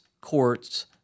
courts